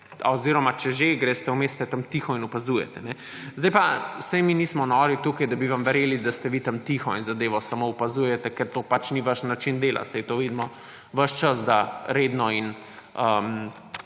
oziroma če že, greste vmes, ste tam tiho in opazujete. Zdaj pa, saj mi nismo nori tukaj, da bi vam verjeli, da ste vi tam tiho in zadevo samo opazujete, ker to pač ni vaš način dela, saj to vidimo ves čas, da redno in